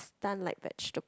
stun like vegeta~